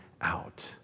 out